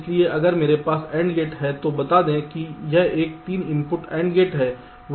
इसलिए अगर मेरे पास AND गेट है तो बता दें कि यह एक 3 इनपुट AND गेट है